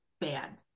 bad